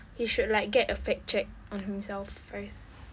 he should like get a fact check on himself first